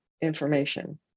information